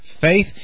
Faith